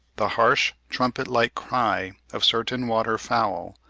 the harsh trumpet-like cry of certain water-fowl,